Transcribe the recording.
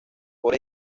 por